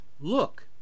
Look